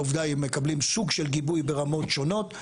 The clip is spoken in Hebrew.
העובדה היא מקבלים סוג של גיבוי ברמות שונות,